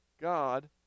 God